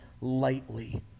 lightly